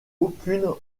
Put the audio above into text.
aucune